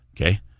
Okay